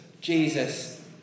Jesus